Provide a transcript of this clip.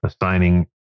assigning